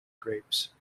grapes